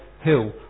hill